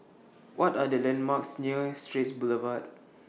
What Are The landmarks near Straits Boulevard